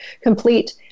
complete